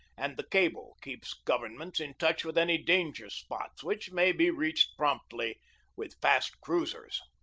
and the cable keeps govern ments in touch with any danger-spots, which may be reached promptly with fast cruisers.